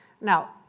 Now